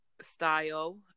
style